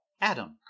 Adam